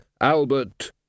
Albert